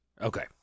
Okay